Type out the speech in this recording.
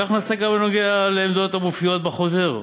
כך נעשה גם בעמדות המופיעות בחוזר.